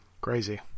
Crazy